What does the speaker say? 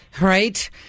Right